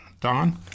Don